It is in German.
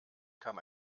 kam